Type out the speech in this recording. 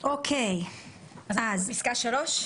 אנחנו עוברים לפסקה (3).